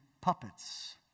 puppets